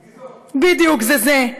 בדיוק, זה זה.